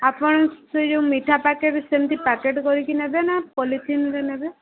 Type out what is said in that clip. ଆପଣ ସେ ଯଉ ମିଠା ପ୍ୟାକେଟ ସେମିତି ପ୍ୟାକେଟ କରିକି ନେବେ ନା ପଲିଥିନ ରେ ନେବେ